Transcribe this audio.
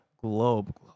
globe